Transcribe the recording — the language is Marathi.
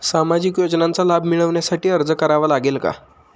सामाजिक योजनांचा लाभ मिळविण्यासाठी अर्ज करावा लागेल का?